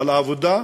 על העבודה,